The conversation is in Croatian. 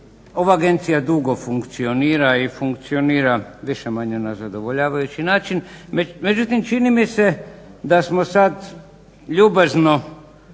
Ova agencija dugo funkcionira i funkcionira više-manje na zadovoljavajući način, međutim čini mi se da smo sad ljubazno